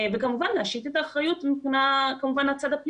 וכמובן להשית את האחריות בצד הפלילי.